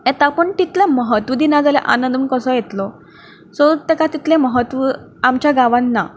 पूण तितलें म्हत्व दिना जाल्यार आनंद कसो येतलो सो ताका तितलें म्हत्व आमच्या गांवांत ना